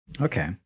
Okay